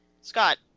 Scott